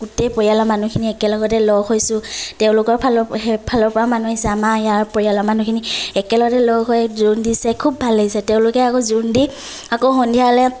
গোটেই পৰিয়ালৰ মানুহখিনি একেলগতে লগ হৈছোঁ তেওঁলোকৰ ফালৰ সেই ফালৰপৰাও মানুহ আহিছে আমাৰ ইয়াৰ পৰিয়ালৰ মানুহখিনি একেলগতে লগ হৈ জোৰোণ দিছে খুব ভাল লাগিছে তেওঁলোকে আকৌ জোৰোণ দি আকৌ সন্ধিয়ালৈ